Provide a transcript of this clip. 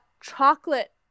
chocolate